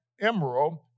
emerald